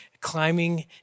climbing